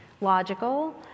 logical